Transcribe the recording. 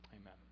Amen